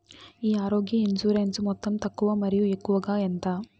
ఈ ఆరోగ్య ఇన్సూరెన్సు మొత్తం తక్కువ మరియు ఎక్కువగా ఎంత?